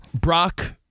Brock